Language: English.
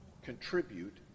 contribute